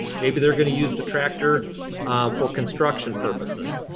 maybe they're gonna use the tractor for construction purposes.